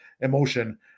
emotion